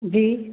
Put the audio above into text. जी